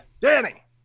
Danny